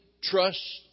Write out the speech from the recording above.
trust